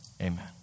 amen